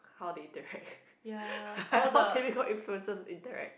how they interact like how typical influencers interact